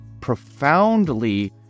profoundly